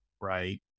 right